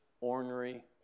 ornery